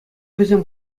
вӗсем